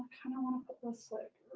kinda wanna put this like